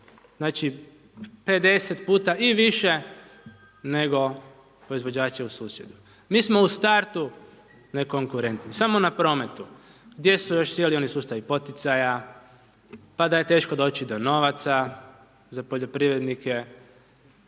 Znači 50 puta i više nego proizvođači u susjedstvu. Mi smo u startu nekonkurentni, samo na prometu, gdje su još cijeli oni sustavi poticaja, pa da je teško doći do novaca, za poljoprivrednike,